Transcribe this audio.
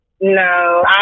No